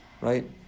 Right